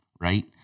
right